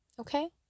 Okay